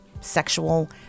sexual